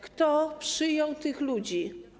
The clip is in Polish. Kto przyjął tych ludzi?